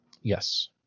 Yes